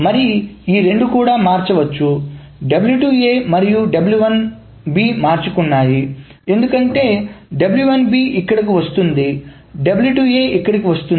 మరి ఈ రెండూ కూడా మార్చవచ్చు మరియు మార్చుకున్నాయి ఎందుకంటే ఇక్కడకు వస్తోంది ఇక్కడకు వస్తోంది